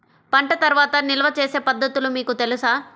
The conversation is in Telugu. పంట తర్వాత నిల్వ చేసే పద్ధతులు మీకు తెలుసా?